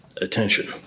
attention